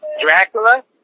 Dracula